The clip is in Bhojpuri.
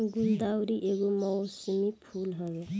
गुलदाउदी एगो मौसमी फूल हवे